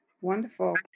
wonderful